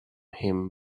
him